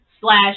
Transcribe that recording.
slash